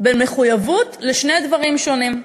בין מחויבות לשני דברים שונים.